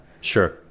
Sure